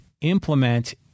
implement